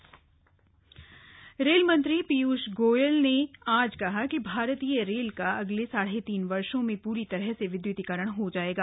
rail विद्युतीकरण rail मंत्री पीयूष गोयल ने आज कहा कि भारतीय रेल का अगले साढे तीन वर्षो में पूरी तरह से विद्युतीकरण हो जाएगा